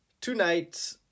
Tonight